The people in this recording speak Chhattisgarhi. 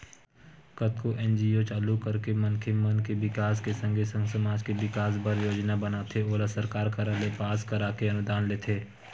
कतको एन.जी.ओ चालू करके मनखे मन के बिकास के संगे संग समाज के बिकास बर योजना बनाथे ओला सरकार करा ले पास कराके अनुदान लेथे